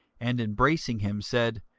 and embracing him said,